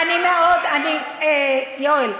יואל,